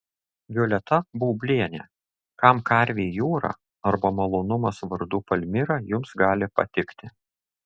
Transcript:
violeta baublienė kam karvei jūra arba malonumas vardu palmira jums gali patikti